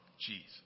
Jesus